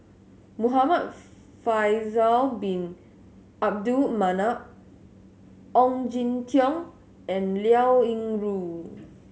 Muhamad Faisal Bin Abdul Manap Ong Jin Teong and Liao Yingru